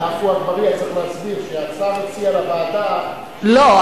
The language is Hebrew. לעפו אגבאריה צריך להסביר, שהשר הציע לוועדה, לא.